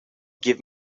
give